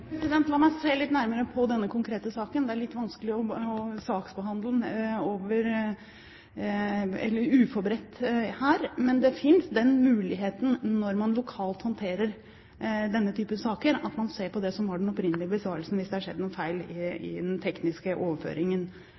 La meg se litt nærmere på denne konkrete saken, det er litt vanskelig å saksbehandle den uforberedt her. Når man lokalt håndterer denne typen saker, finnes den muligheten at man ser på det som var den opprinnelige besvarelsen, hvis det har skjedd noen feil i den tekniske overføringen